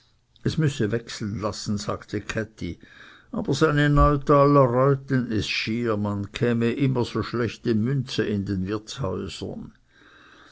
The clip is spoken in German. es müsse wechseln lassen sagte käthi aber seine neutaler reuten es schier man bekäme immer so schlechte münze in den wirtshäusern